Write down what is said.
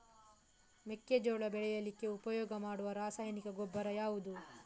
ಮೆಕ್ಕೆಜೋಳ ಬೆಳೀಲಿಕ್ಕೆ ಉಪಯೋಗ ಮಾಡುವ ರಾಸಾಯನಿಕ ಗೊಬ್ಬರ ಯಾವುದು?